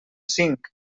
cinc